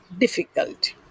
difficult